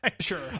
Sure